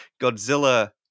Godzilla